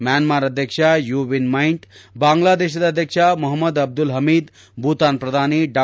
Myanmar ಅಧ್ಯಕ್ಷ U Win Myint ಬಾಂಗ್ನಾದೇಶದ ಅಧ್ಯಕ್ಷ ಮೊಹಮ್ದದ್ ಅಬ್ದುಲ್ ಹಮೀದ್ ಭೂತಾನ್ ಪ್ರಧಾನಿ ಡಾ